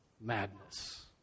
madness